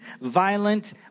violent